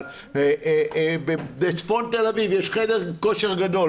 אבל בצפון תל אביב יש חדר כושר גודל,